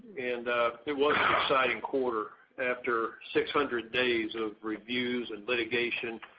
and it was an exciting quarter. after six hundred days of reviews and litigation,